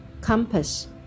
compass